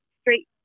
straight